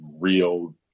real